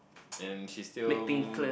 and she still